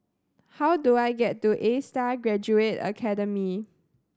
how do I get to Astar Graduate Academy